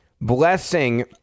Blessing